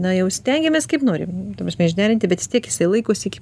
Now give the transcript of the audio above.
na jau stengiamės kaip norim ta prasme išderinti bet vis tiek jisai laikosi iki